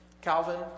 Calvin